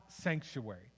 sanctuary